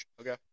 Okay